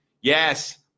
yes